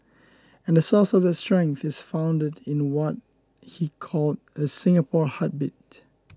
and the source of that strength is founded in what he called the Singapore heartbeat